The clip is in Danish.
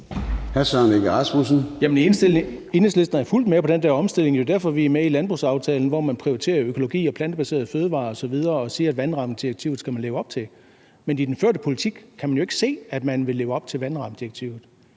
Enhedslisten er fuldt ud med på den der omstilling. Det er jo derfor, vi er med i landbrugsaftalen, hvor man prioriterer økologi og plantebaserede fødevarer osv., og hvor man siger, at man skal leve op til vandrammedirektivet. Men i den førte politik kan det jo ikke ses, at man vil leve op til vandrammedirektivet.